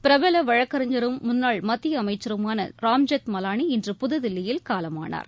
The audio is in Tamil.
பிரபல வழக்கறிஞரும் முன்னாள் மத்திய அமைச்சருமான திரு ராம்ஜெத் மலானி இன்று புதுதில்லியில் காலமானார்